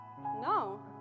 No